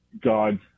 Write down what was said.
God